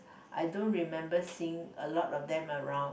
I don't remember seeing a lot of them around